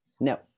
No